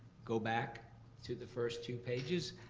go back to the first two pages.